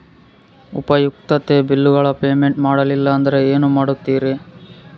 ಉಪಯುಕ್ತತೆ ಬಿಲ್ಲುಗಳ ಪೇಮೆಂಟ್ ಮಾಡಲಿಲ್ಲ ಅಂದರೆ ಏನು ಮಾಡುತ್ತೇರಿ?